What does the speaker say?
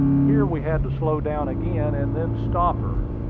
here we had to slow down again, and then stop her.